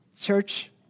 Church